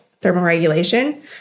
thermoregulation